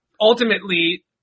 ultimately